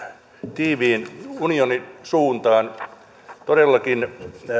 tiiviin unionin suuntaan todellakin